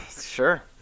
Sure